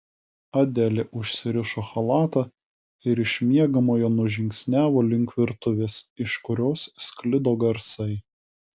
adelė užsirišo chalatą ir iš miegamojo nužingsniavo link virtuvės iš kurios sklido garsai